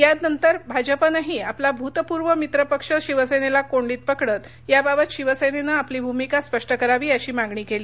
ह्या नंतर भाजपानंही आपला भूतपूर्व मित्र पक्ष शिवसेनेला कोंडीत पकडत या बाबत शिवसेनेनं आपली भूमिका स्पष्ट करावी अशी मागणी केली